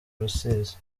rusizi